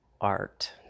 art